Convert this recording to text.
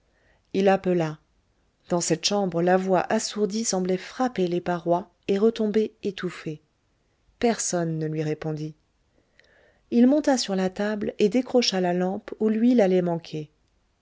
il appela dans cette chambre la voix assourdie semblait frapper les parois et retomber étouffée personne ne lui répondit il monta sur la table et décrocha la lampe où l'huile allait manquer